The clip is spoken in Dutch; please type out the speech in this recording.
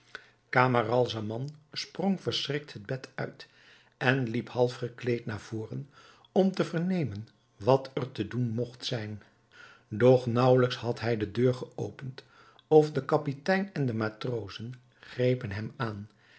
camaralzaman sprong verschrikt het bed uit en liep half gekleed naar voren om te vernemen wat er te doen mogt zijn doch naauwelijks had hij de deur geopend of de kapitein en de matrozen grepen hem aan